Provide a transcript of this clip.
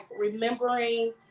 remembering